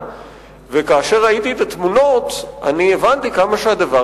כאשר ראיתי את התמונות הבנתי כמה הדבר